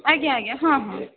ଆଜ୍ଞା ଆଜ୍ଞା ହଁ ହଁ